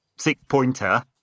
Six-pointer